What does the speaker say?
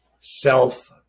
self